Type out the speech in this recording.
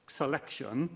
selection